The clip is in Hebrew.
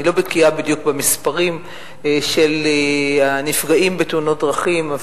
אני לא בקיאה בדיוק במספרים של הנפגעים בתאונות דרכים,